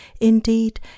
Indeed